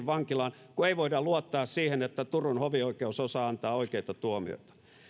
vankilaan kun ei voida luottaa siihen että turun hovioikeus osaa antaa oikeita tuomioita